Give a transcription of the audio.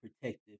protective